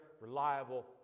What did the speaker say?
reliable